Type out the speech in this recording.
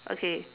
okay